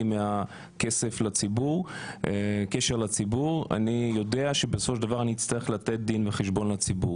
מקשר לציבור אני יודע שבסופו של דבר אני אצטרך לתת דין וחשבון לציבור.